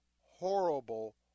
horrible